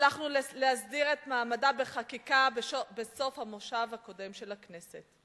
הצלחנו להסדיר את מעמדה בחקיקה בסוף המושב הקודם של הכנסת?